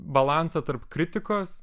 balansą tarp kritikos